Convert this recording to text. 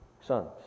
sons